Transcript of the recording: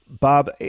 Bob